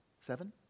Seven